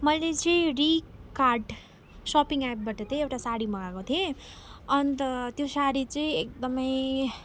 मैले चाहिँ रिकार्ट सपिङ एपबाट चाहिँ एउटा सारी मँगाको थिएँ अन्त त्यो सारी चाहिँ एकदमै